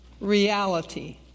reality